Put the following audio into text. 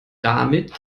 damit